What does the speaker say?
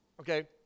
Okay